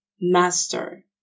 master